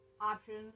Options